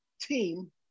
team